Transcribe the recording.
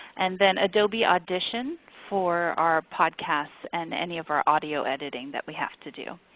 and then adobe audition for our podcasts and any of our audio editing that we have to do.